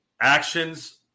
Actions